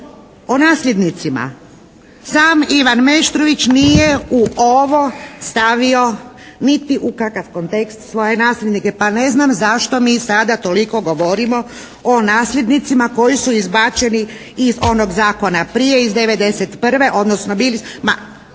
O nasljednicima. Sam Ivan Meštrović nije u ovo stavio niti u kakav kontekst svoje nasljednike, pa ne znam zašto mi sada toliko govorimo o nasljednicima koji su izbačeni iz onog zakona prije iz '91., odnosno bili